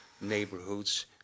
neighborhoods